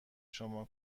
شما